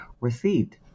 received